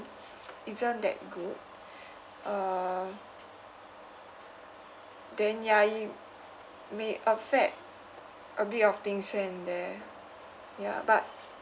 isn't that good uh then ya y~ may affect a bit of things here and there ya but